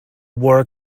war